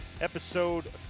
episode